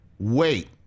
wait